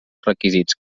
requisits